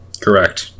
Correct